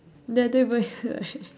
then I don't even have like